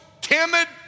timid